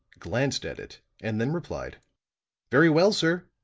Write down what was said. glanced at it and then replied very well, sir.